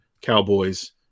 Cowboys